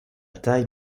taille